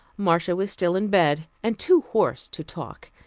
marcia was still in bed, and too hoarse to talk,